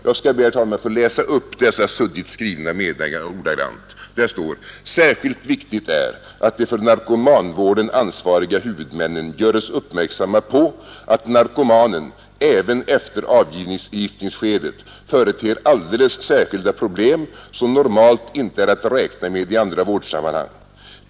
Jag skall be, herr talman, att få läsa upp dessa suddigt skrivna meningar ordagrant: ”Särskilt viktigt är att de för narkomanvården ansvariga huvudmännen göres uppmärksamma på att narkomanen, även efter avgiftningsskedet, företer alldeles särskilda problem som normalt inte är att räkna med i andra vårdsammanhang.